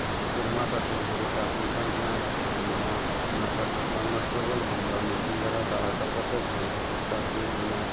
ᱥᱮᱨᱢᱟ ᱫᱟᱜ ᱛᱮ ᱡᱟᱸᱦᱟ ᱠᱚ ᱪᱟᱥ ᱦᱩᱭᱩᱜ ᱠᱟᱱ ᱛᱟᱸᱦᱮᱱᱟ ᱚᱱᱟᱦᱚᱸ ᱱᱮᱛᱟᱨ ᱫᱚ ᱥᱟᱵ ᱢᱟᱨᱥᱟᱞ ᱵᱟ ᱢᱮᱥᱤᱱ ᱫᱟᱨᱟ ᱫᱟᱜ ᱨᱟᱠᱟᱵ ᱠᱟᱛᱮᱜ ᱪᱟ ᱦᱩᱭᱩᱜ ᱠᱟᱱᱟ